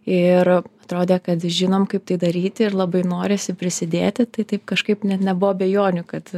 ir atrodė kad žinom kaip tai daryti ir labai norisi prisidėti tai taip kažkaip net nebuvo abejonių kad